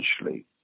essentially